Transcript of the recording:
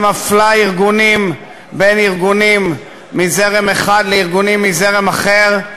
שמפלה בין ארגונים מזרם אחד לארגונים מזרם אחר,